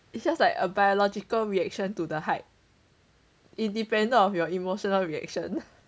it's just like a biological reaction to the height independent of your emotional reaction